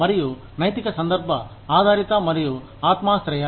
మరియు నైతిక సందర్భ ఆధారిత మరియు ఆత్మాశ్రయ